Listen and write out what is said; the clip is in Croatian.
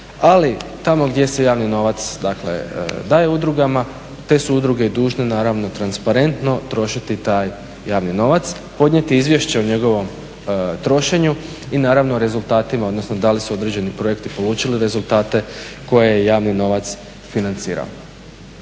Ali tamo gdje se javni novac, dakle daje udrugama te su udruge dužne naravno transparentno trošiti taj javni novac, podnijeti izvješće o njegovom trošenju i naravno rezultatima, odnosno da li su određeni projekti polučili rezultate koje je javni novac financirao.